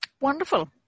Wonderful